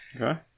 Okay